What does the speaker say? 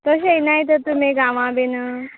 तशें येयनाय तर तुमी गांवा बीन